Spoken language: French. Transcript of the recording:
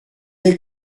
est